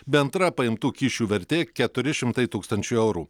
bendra paimtų kyšių vertė keturi šimtai tūkstančių eurų